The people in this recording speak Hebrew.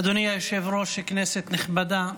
אדוני היושב-ראש, כנסת נכבדה,